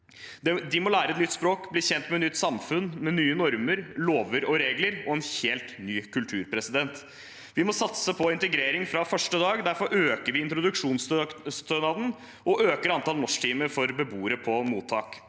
De må lære et nytt språk, bli kjent med et nytt samfunn, med nye normer, lover og regler og en helt ny kultur. Vi må satse på integrering fra første dag. Derfor øker vi introduksjonsstønaden og antallet norsktimer for beboere på mottak.